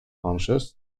conscious